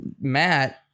Matt